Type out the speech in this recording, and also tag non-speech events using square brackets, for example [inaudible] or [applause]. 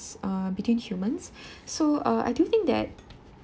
uh between humans [breath] so uh I do think that